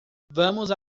vamos